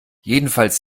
jedenfalls